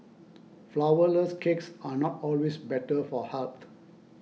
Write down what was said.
Flourless Cakes are not always better for health